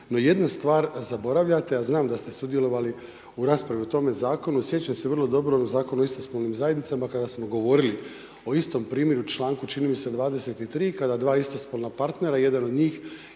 jednu stvar zaboravljate a znam da ste sudjelovali u raspravi o tome zakonu, sjećam se vrlo dobro, u Zakonu o istospolnim zajednicama kada smo govorili o istom primjeru, članku čini mi se 23. kada dva istospolna partnera jedan od njih